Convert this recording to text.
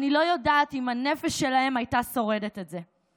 אני לא יודעת אם הנפש שלהם הייתה שורדת את זה.